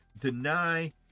deny